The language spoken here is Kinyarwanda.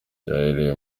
byahereye